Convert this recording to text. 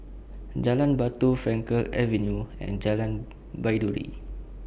Jalan Batu Frankel Avenue and Jalan Baiduri